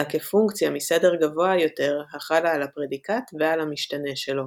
אלא כפונקציה מסדר גבוה יותר החלה על הפרדיקט ועל המשתנה שלו.